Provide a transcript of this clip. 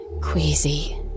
queasy